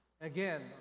again